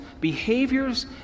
behaviors